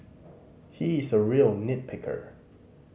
he is a real nit picker